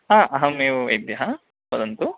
ह अहमेव वैद्यः वदन्तु